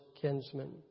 kinsman